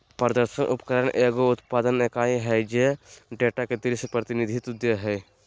प्रदर्शन उपकरण एगो उत्पादन इकाई हइ जे डेटा के दृश्य प्रतिनिधित्व दे हइ